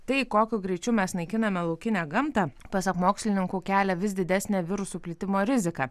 tai kokiu greičiu mes naikiname laukinę gamtą pasak mokslininkų kelia vis didesnę virusų plitimo riziką